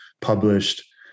published